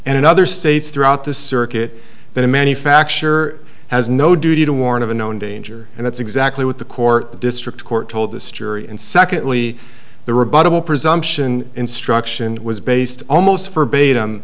and in other states throughout the circuit that a manufacturer has no duty to warn of a known danger and that's exactly what the court the district court told this jury and secondly the rebuttable presumption instruction was based almost verbatim